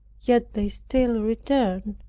yet they still return.